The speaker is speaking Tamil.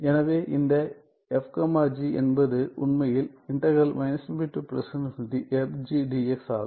எனவே இந்த f g என்பது உண்மையில் ஆகும்